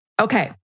Okay